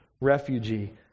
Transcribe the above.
refugee